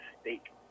steak